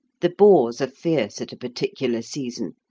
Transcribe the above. the boars are fierce at a particular season,